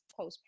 postpartum